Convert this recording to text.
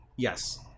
yes